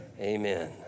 Amen